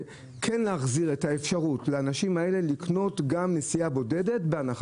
אתה צריך להחזיר לאנשים האלה את האפשרות לקנות גם נסיעה בודדת בהנחה.